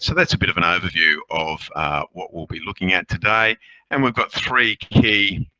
so that's a bit of an overview of what we'll be looking at today and we've got three key